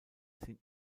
sind